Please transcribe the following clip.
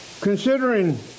Considering